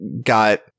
got